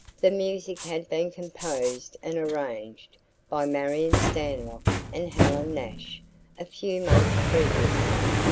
the music had been composed and arranged by marion stanlock and helen nash a few months previously,